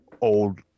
old